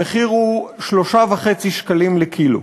המחיר הוא 3.5 שקלים לקילו.